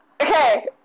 Okay